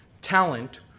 talent